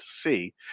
see